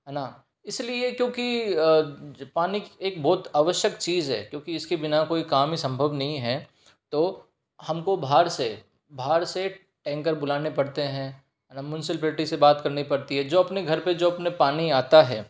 है ना इसलिए क्योंकि पानी एक बहुत आवश्यक चीज है क्योंकि इसके बिना कोई काम ही संभव नहीं है तो हमको बाहर से बाहर से टैंकर बुलाने पड़ते हैं है ना मुन्शिलपलटी से बात करनी पड़ती है जो अपनी घर पर जो अपने पानी आता है